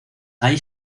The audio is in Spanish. ahí